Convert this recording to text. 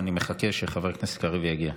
אני מחכה שחבר הכנסת קריב יגיע.